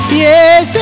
yes